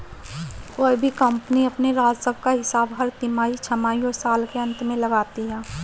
कोई भी कम्पनी अपने राजस्व का हिसाब हर तिमाही, छमाही और साल के अंत में लगाती है